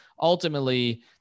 ultimately